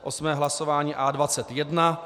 Osmé hlasování A21.